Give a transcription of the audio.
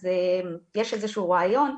אז יש איזשהו רעיון.